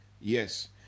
Yes